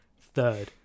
third